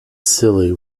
silly